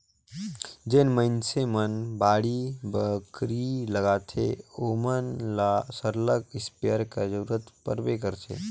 जेन मइनसे मन बाड़ी बखरी लगाथें ओमन ल सरलग इस्पेयर कर जरूरत परबे करथे